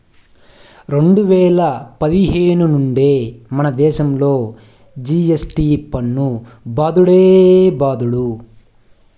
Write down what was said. రెండు వేల పదిహేను నుండే మనదేశంలో జి.ఎస్.టి పన్ను బాదుడే బాదుడు